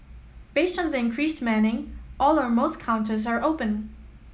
based on the increased manning all or most counters are open